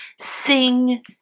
Sing